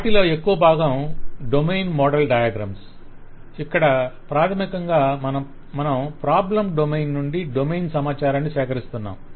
వాటిలో ఎక్కువ భాగం డొమైన్ మోడల్ డయాగ్రమ్స్ ఇక్కడ ప్రాథమికంగా మనం ప్రాబ్లెమ్ నుండి డొమైన్ సమాచారాన్ని సేకరిస్తున్నాము